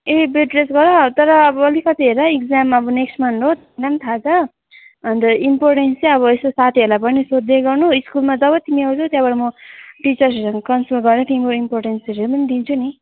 ए bed rest गर तर अब अलिकति हेर है इक्जाम अब नेक्स्ट मन्थ हो तिमीलाई पनि थाहा छ अनि त इम्पोर्टेन्स चाहिँ अब यसो साथीहरूलाई पनि सोद्धै गर्नु स्कुलमा जब तिमी आउँछौ त्यहाँबाट म टिचर्सहरूसँग कन्सल्ट गरेर तिम्रो इम्पोर्टेन्सहरू पनि दिन्छु नि